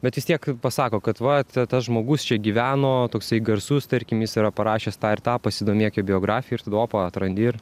bet vis tiek pasako kad vat tas žmogus čia gyveno toksai garsus tarkim jis yra parašęs tą ir tą pasidomėk jo biografija ir tada opa atrandi ir